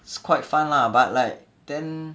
it's quite fun lah but like then